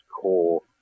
core